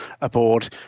aboard